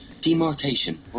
demarcation